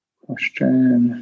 question